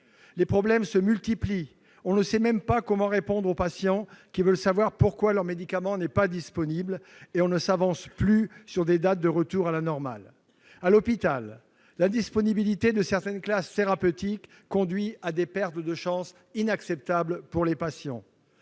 Les problèmes se multiplient, on ne sait même pas comment répondre aux patients qui veulent savoir pourquoi leur médicament n'est pas disponible, et on ne s'avance plus sur des dates de retour à la normale !» À l'hôpital, l'indisponibilité de certaines classes thérapeutiques conduit à des pertes de chance inacceptables pour les patients.